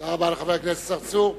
תודה רבה לחבר הכנסת צרצור.